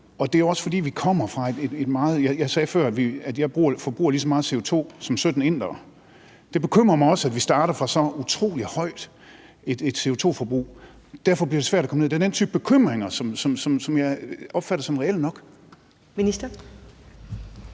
at selv den så ambitiøse klimalov er nok. Jeg sagde før, at jeg forbruger lige så meget CO2 som 17 indere. Det bekymrer mig også, at vi starter fra et så utrolig højt CO2-forbrug. Derfor bliver det svært at få det ned. Den her type bekymringer opfatter jeg som reelle nok.